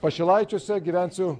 pašilaičiuose gyvensiu